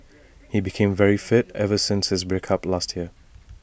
he became very fit ever since his break up last year